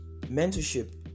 mentorship